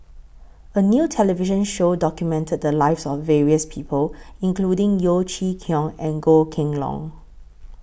A New television Show documented The Lives of various People including Yeo Chee Kiong and Goh Kheng Long